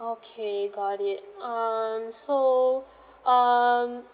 okay got it um so um